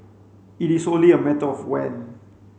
it is only a matter of when